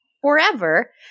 forever